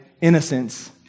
innocence